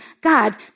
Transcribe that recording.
God